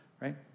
right